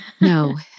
no